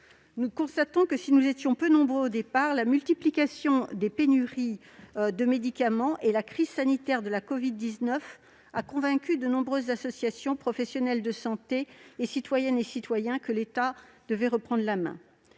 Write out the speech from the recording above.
Nous constatons que, si nous étions peu nombreux au départ, la multiplication des pénuries de médicaments et la crise sanitaire de la covid-19 ont convaincu de nombreuses associations, des professionnels de santé et des citoyennes et citoyens que l'État devait reprendre la main.